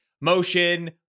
motion